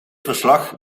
verslag